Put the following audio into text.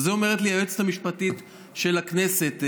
ואת זה אומרת לי היועצת המשפטית של הכנסת,